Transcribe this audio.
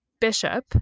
bishop